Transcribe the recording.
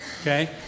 okay